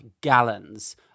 gallons